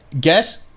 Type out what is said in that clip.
Get